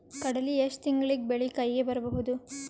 ಕಡಲಿ ಎಷ್ಟು ತಿಂಗಳಿಗೆ ಬೆಳೆ ಕೈಗೆ ಬರಬಹುದು?